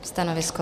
Stanovisko?